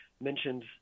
mentioned